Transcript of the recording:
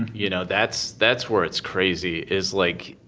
you know, that's that's where it's crazy is, like,